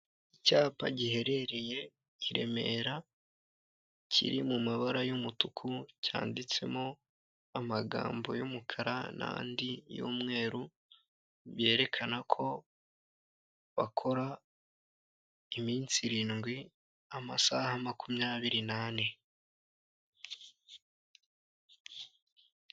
Icyapa giherereye i Remera kiri mu mabara y'umutuku cyanditsemo amagambo y'umukara n' andi y'umweru byerekana ko bakora iminsi irindwi, amasaha makumyabiri n'ane.